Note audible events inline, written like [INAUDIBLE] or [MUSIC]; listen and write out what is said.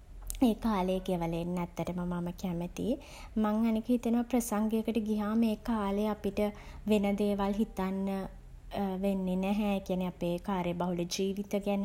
[HESITATION] ඒ කාලය ගෙවල එන්න ඇත්තටම මම කැමතියි. මං අනික හිතනවා ප්‍රසංගයකට ගියහම ඒ කාලය අපිට [HESITATION] වෙන දේවල් හිතන්න [HESITATION] වෙන්නේ නැහැ. ඒ කියන්නේ අපේ [HESITATION] කාර්යබහුල ජීවිත ගැන